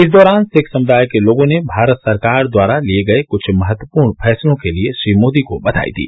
इस दौरान सिख समृदाय के लोगों ने भारत सरकार द्वारा लिए गए कुछ महत्वपूर्ण फैसलों के लिए श्री मोदी को बधाई दी